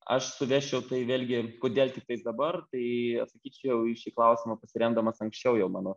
aš suvesčiau tai vėlgi kodėl tiktais dabar tai atsakyčiau į šį klausimą pasiremdamas anksčiau jau mano